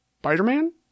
Spider-Man